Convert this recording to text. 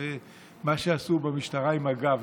תראה מה שעשו במשטרה עם מג"ב,